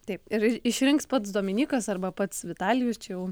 taip ir išrinks pats dominykas arba pats vitalijus čia jau